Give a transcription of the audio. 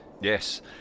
yes